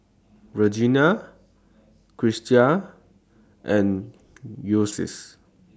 Virginia Christa and Ulysses